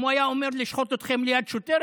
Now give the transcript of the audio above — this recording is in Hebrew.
אם הוא היה אומר: נשחט אתכם ליד שוטר,